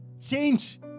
change